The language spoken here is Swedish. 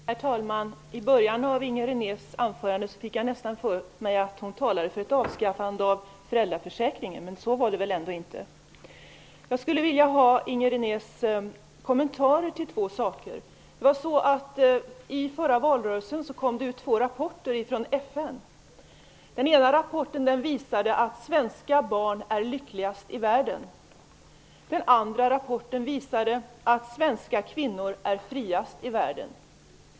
Herr talman! I början av Inger Renés anförande fick jag nästan för mig att hon talade för ett avskaffande av föräldraförsäkringen, men så var det väl ändå inte. Jag skulle vilja ha Inger Renés kommentarer på två punkter. I den förra valrörelsen kom det ut två rapporter ifrån FN. Den ena rapporten visade att svenska barn är lyckligast i världen. Den andra rapporten visade att svenska kvinnor är friast i världen.